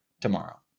tomorrow